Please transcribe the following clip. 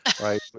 right